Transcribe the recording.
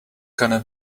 gonna